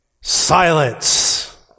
silence